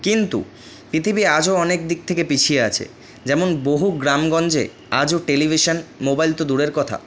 কিন্তু পৃথিবী আজও অনেক দিক থেকে পিছিয়ে আছে যেমন বহু গ্রামগঞ্জে আজও টেলিভিশন মোবাইল তো দূরের কথা